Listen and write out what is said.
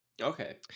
Okay